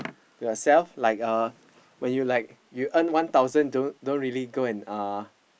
yourself like uh when you like you earn one thousand don't don't really go and uh